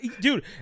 dude